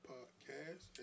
Podcast